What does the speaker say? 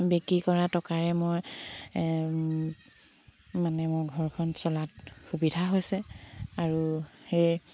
বিক্ৰী কৰা টকাৰে মই মানে মোৰ ঘৰখন চলাত সুবিধা হৈছে আৰু সেই